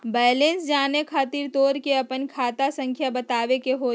Balance जाने खातिर तोह के आपन खाता संख्या बतावे के होइ?